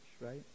right